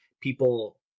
people